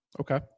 Okay